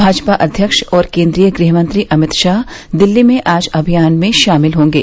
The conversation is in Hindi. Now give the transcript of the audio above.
माजपा अध्यक्ष और केन्द्रीय गृहमंत्री अमित शाह दिल्ली में आज अभियान में शामिल होंगे